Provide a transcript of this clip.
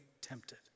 tempted